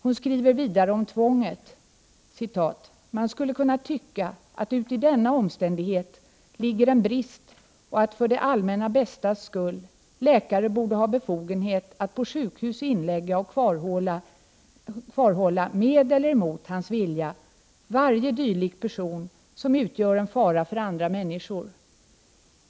Hon skriver vidare om tvånget: ”Man skulle kunna tycka, att uti denna omständighet ligger en brist och att för det allmänna bästas skull läkare borde ha befogenhet att på sjukhus inlägga och kvarhålla med eller emot hans vilja, varje dylik person, som utgör en fara för andra människor.